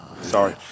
Sorry